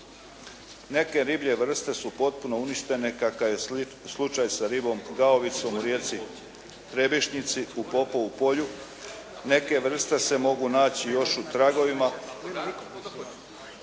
Neke riblje vrste su potpuno uništene kakav je slučaj sa ribom gaovicom u rijeci Trebišnjici u Popovu polju. Neke vrste se mogu naći još u tragovima